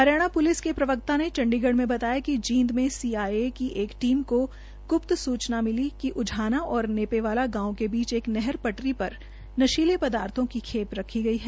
Haryana police के प्रवकता ने चंडीगढ़ में बताया कि जींद में सीआईए की एक टीम को गूप्त सूचना मिली थी कि उझाना और नेपेवाला गांव के बीच एक नहर पटरी पर नशीले पदार्थो की खेल रखी गई है